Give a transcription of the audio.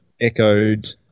echoed